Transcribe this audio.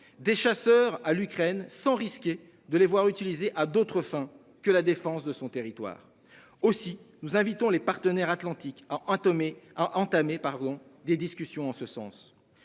des chasseurs à l'Ukraine, sans risquer de les voir utilisées à d'autres fins que la défense de son territoire. Aussi, nous invitons les partenaires Atlantique a entamé a entamé par où des discussions en ce sens.